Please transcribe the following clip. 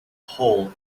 hole